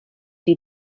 die